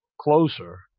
closer